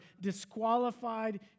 disqualified